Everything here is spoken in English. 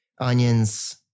onions